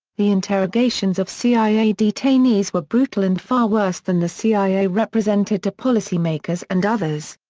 the interrogations of cia detainees were brutal and far worse than the cia represented to policymakers and others.